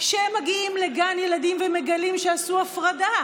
שמגיעים לגן ילדים ומגלים שעשו הפרדה